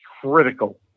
critical